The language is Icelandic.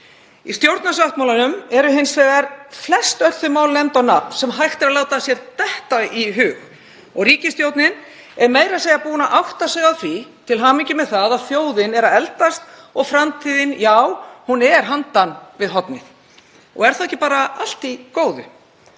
Í stjórnarsáttmálanum eru hins vegar flestöll þau mál nefnd á nafn sem hægt er að láta sér detta í hug og ríkisstjórnin er meira að segja búin að átta sig á því, til hamingju með það, að þjóðin er að eldast, og framtíðin, já, hún er handan við hornið. Er þá ekki bara allt í góðu?